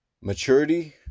Maturity